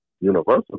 universal